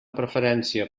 preferència